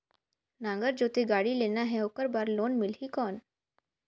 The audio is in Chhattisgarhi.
नागर जोते गाड़ी लेना हे ओकर बार लोन मिलही कौन?